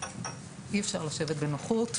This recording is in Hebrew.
אי אפשר לשבת בנוחות,